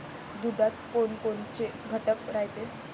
दुधात कोनकोनचे घटक रायते?